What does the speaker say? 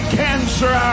cancer